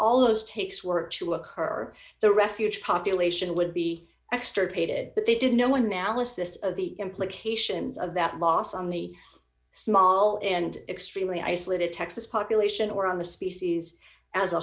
all those takes were to occur the refuge population would be extirpated but they did no one now list this of the implications of that loss on the small and extremely isolated texas population or on the species as a